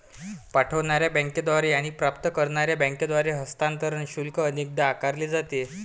पाठवणार्या बँकेद्वारे आणि प्राप्त करणार्या बँकेद्वारे हस्तांतरण शुल्क अनेकदा आकारले जाते